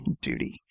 Duty